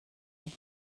with